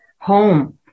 home